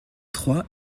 trois